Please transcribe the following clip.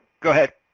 go ahead.